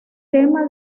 tema